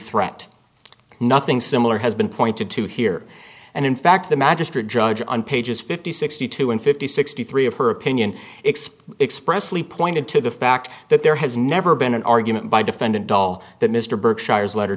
threat nothing similar has been pointed to here and in fact the magistrate judge on pages fifty sixty two and fifty sixty three of her opinion expects pressley pointed to the fact that there has never been an argument by defendant all that mr berkshire's letter